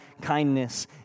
kindness